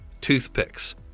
toothpicks